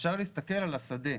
אפשר להסתכל על השדה.